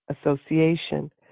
association